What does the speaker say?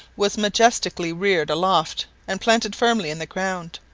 was majestically reared aloft and planted firmly in the ground.